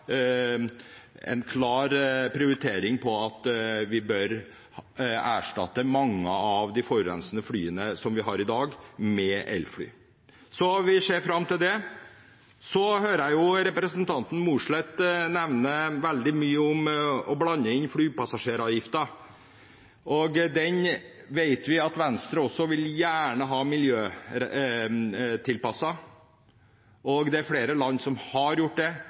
en klar prioritering om at vi bør erstatte mange av de forurensende flyene som vi har i dag, med elfly. Vi ser fram til det. Så hører jeg representanten Mossleth blande inn flypassasjeravgiften. Den vet vi at Venstre også gjerne vil ha miljøtilpasset – flere land har gjort det.